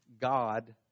God